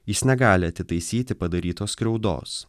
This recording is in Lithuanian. jis negali atitaisyti padarytos skriaudos